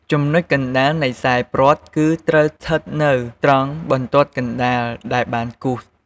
ចំណុចកណ្ដាលនៃខ្សែព្រ័ត្រគឺត្រូវស្ថិតនៅត្រង់បន្ទាត់កណ្ដាលដែលបានគូស។